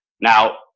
Now